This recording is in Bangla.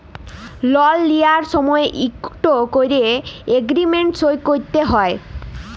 লল লিঁয়ার সময় ইকট ক্যরে এগ্রীমেল্ট সই ক্যরা হ্যয়